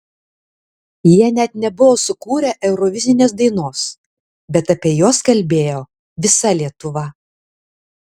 jie net nebuvo sukūrę eurovizinės dainos bet apie juos kalbėjo visa lietuva